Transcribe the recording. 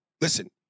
listen